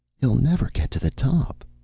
he'll never get to the top,